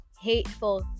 Hateful